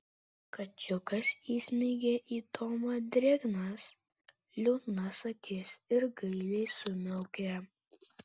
kačiukas įsmeigė į tomą drėgnas liūdnas akis ir gailiai sumiaukė